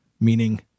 meaning